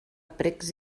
precs